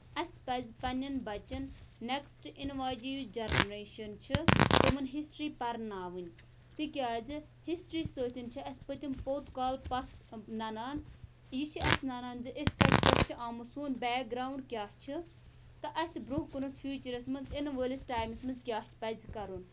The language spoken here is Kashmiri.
اَسہِ پَزِ پَننٮ۪ن بَچن نیکٕسٹ یِنہٕ واجین جینریشن چھِ تِمَن ہِسٹری پَرناوٕنۍ تِکیازِ ہَسٹری سۭتۍ چھِ اَسہِ پٔتِم پوٚت کال پَتھ نَنان یہِ چھُ اَسہِ نَنان زِ أسۍ کَتہِ پٮ۪ٹھ چھِ آمٕتۍ سون بیک گروُنڈ کیاہ چھُ تہٕ اَسہِ برونہہ کُنَتھ فوٗچُرَس منٛز اِنہٕ وٲلِس ٹایمَس منٛز کیاہ پَزِ کرُن